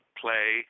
play